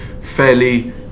fairly